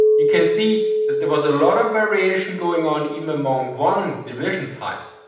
you can see that there was a lot of variation going on even among one division type.